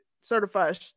certified